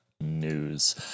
news